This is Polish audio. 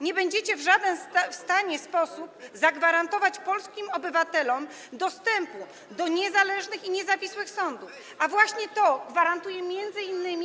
Nie będziecie w stanie w żaden sposób zagwarantować polskim obywatelom dostępu do niezależnych i niezawisłych sądów, a właśnie to gwarantuje m.in.